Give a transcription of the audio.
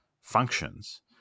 functions